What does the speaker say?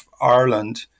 Ireland